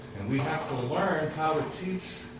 and we have to learn how to teach